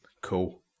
Cool